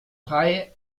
drei